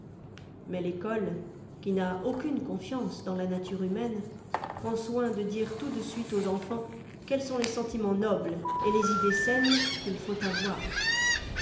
mais l'ecole qui n'a aucune confiance dans la nature humaine prend soin de dire tout de suite aux enfants quels sont les sentiments nobles et les idées saines qu'il faut avoir